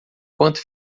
quanto